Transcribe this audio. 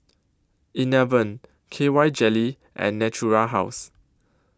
Enervon K Y Jelly and Natura House